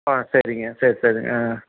ஆ சரிங்க சர் சரி ஆன்